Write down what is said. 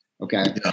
okay